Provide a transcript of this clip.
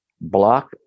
block